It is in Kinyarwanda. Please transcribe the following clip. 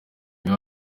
mibi